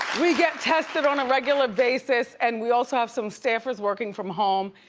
we get tested on a regular basis and we also have some staffers working from home,